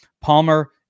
Palmer